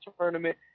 tournament